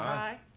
aye.